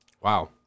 Wow